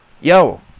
yo